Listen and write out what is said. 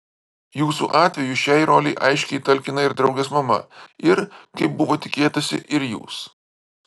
jūsų atveju šiai rolei aiškiai talkina ir draugės mama ir kaip buvo tikėtasi ir jūs